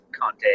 Conte